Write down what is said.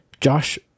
Josh